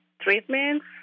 treatments